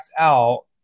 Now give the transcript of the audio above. out